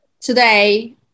today